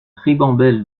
ribambelle